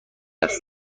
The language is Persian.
است